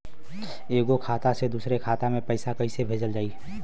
एगो खाता से दूसरा खाता मे पैसा कइसे भेजल जाई?